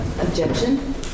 Objection